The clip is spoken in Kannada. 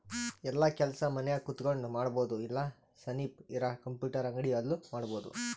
ಯೆಲ್ಲ ಕೆಲಸ ಮನ್ಯಾಗ ಕುಂತಕೊಂಡ್ ಮಾಡಬೊದು ಇಲ್ಲ ಸನಿಪ್ ಇರ ಕಂಪ್ಯೂಟರ್ ಅಂಗಡಿ ಅಲ್ಲು ಮಾಡ್ಬೋದು